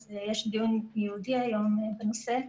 אז יש דיון ייעודי היום בנושא.